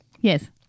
Yes